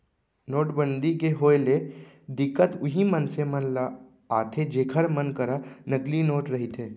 नोटबंदी के होय ले ए दिक्कत उहीं मनसे मन ल आथे जेखर मन करा नकली नोट रहिथे